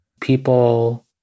people